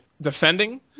defending